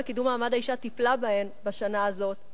לקידום מעמד האשה טיפלה בהן בשנה הזאת,